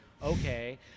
Okay